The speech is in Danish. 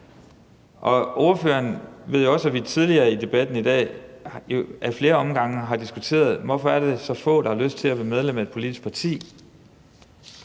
Ordføreren ved jo også, at vi tidligere i debatten i dag ad flere omgange har diskuteret, hvorfor der er så få, der har lyst til at være medlem af et politisk parti.